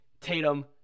Tatum